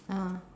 ah